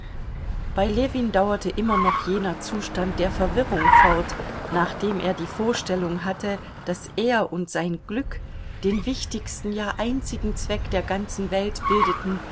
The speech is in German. bei ljewin dauerte immer noch jener zustand der verwirrung fort nach dem er die vorstellung hatte daß er und sein glück den wichtigsten ja einzigen zweck der ganzen welt bildeten